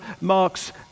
Mark's